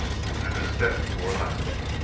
and her step more elastic.